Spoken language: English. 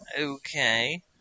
Okay